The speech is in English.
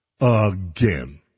Again